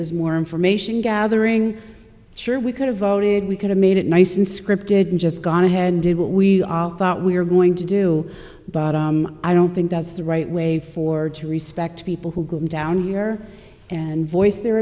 was more information gathering sure we could have voted we could have made it nice unscripted and just gone ahead and did what we all thought we were going to do i don't think that's the right way forward to respect people who are going down here and voice their